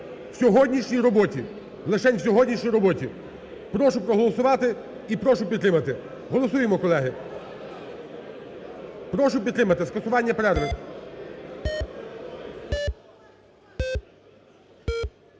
в сьогоднішній роботі, лишень в сьогоднішній роботі. Прошу проголосувати і прошу підтримати. Голосуємо, колеги! Прошу підтримати скасування перерви.